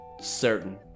certain